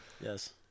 Yes